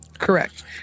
Correct